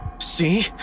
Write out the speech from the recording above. See